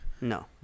No